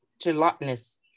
Gelatinous